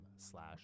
Slash